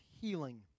healing